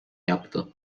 yaptı